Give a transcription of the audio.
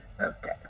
okay